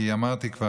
כי אמרתי כבר,